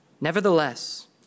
Nevertheless